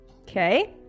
Okay